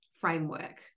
framework